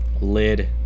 Lid